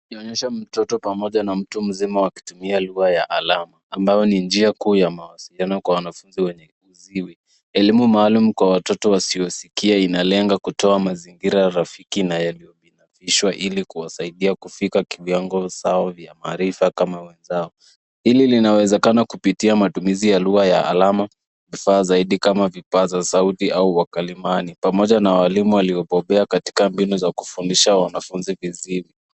Ikionyesha mtoto pamoja na mtu mzima wakitumia lugha ya alama ambayo ni njia kuu ya mawasiliano kwa wanafunzi wenye viziwi. Elimu maalum kwa watoto wasiosikia inalenga kutoa mazingira rafiki na yaliyobinafishwa ili kuwasidia kufika kiwango sawa vya maarifa kama wenzao. Hili linawezekana kupitia matumizi ya lugha ya alama, vifaa zaidi kama vipaza sauti au wakalimani pamoja na walimu waliobobea katika kufundisha wanafunzi viziwi.